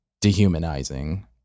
dehumanizing